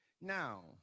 Now